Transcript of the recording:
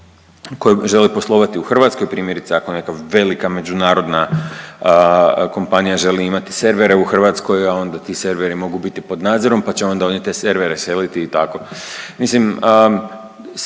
koje žele poslovati u Hrvatskoj. Primjerice ako je neka velika međunarodna kompanija želi imati servere u Hrvatskoj, a onda ti serveri mogu biti pod nadzorom, pa će onda oni te servere seliti i tako.